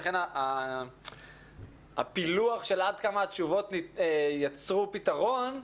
לכן הפילוח של עד כמה התשובות יצרו פתרון,